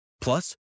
Plus